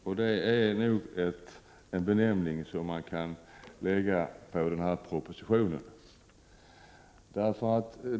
I herredagsmän, resen icke så fort!” Detsamma kan sägas om denna proposition.